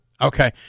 Okay